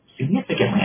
significantly